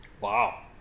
Wow